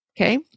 Okay